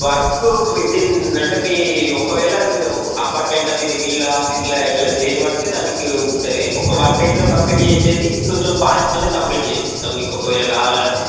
work within అంటే మీ ఒకవేళ అపార్ట్మెంటా మీరు ఇల్లా ఎట్లా ఎట్లా దేన్ని బట్టి దానికి ఉంటది ఒక వన్ డేలో కంప్లీట్ చేసేది ఇంకొంచెం ఫాస్ట్గానే కంప్లీట్ చేసిస్తాం ఒకవేళ మీకు కావాలంటే